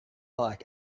like